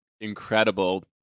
incredible